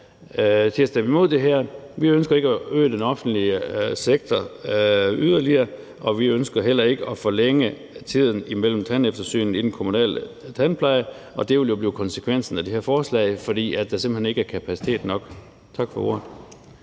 Vi ønsker ikke at øge den offentlige sektor yderligere, og vi ønsker heller ikke at forlænge tiden imellem tandeftersyn i den kommunale tandpleje, og det vil jo blive konsekvensen af det her forslag, altså fordi der simpelt hen ikke er kapacitet nok.